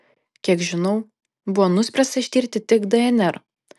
kiek žinau buvo nuspręsta ištirti tik dnr